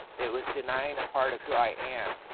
it was denying a part of who i am.